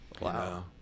wow